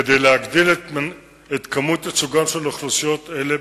כדי להגדיל את ייצוגן של אוכלוסיות אלה,